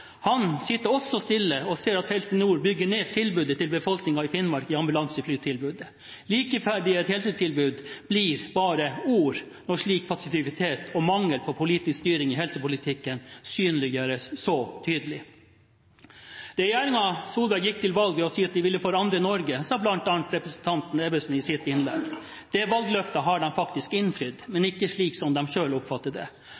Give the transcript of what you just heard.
Han sitter også stille og ser at Helse Nord bygger ned ambulanseflytilbudet til befolkningen i Finnmark. Likeverdige helsetilbud blir bare ord når slik passivitet og mangel på politisk styring i helsepolitikken synliggjøres så tydelig. Regjeringen Solberg gikk til valg på å si at de ville forandre Norge, sa bl.a. representanten Ebbesen i sitt innlegg. Det valgløftet har de faktisk innfridd, men ikke slik som de selv oppfatter det.